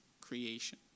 creation